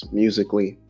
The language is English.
musically